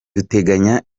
duteganya